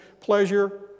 pleasure